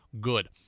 good